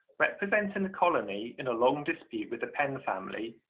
representing the colony in a long dispute with the penn family,